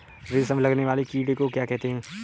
रेशम में लगने वाले कीड़े को क्या कहते हैं?